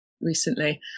recently